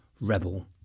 rebel